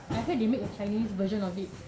I heard they make a chinese version of it